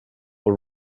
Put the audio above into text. were